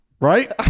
Right